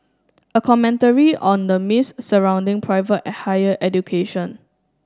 a commentary on the myths surrounding private a higher education